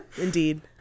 indeed